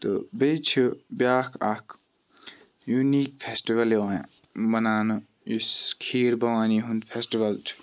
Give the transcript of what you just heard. تہٕ بیٚیہِ چھِ بیاکھ اَکھ یونیٖک فیٚسٹِول یِوان مَناونہٕ یُس کھیٖر بھَوانی ہُنٛد فیٚسٹِول چھُ